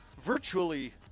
virtually